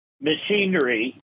machinery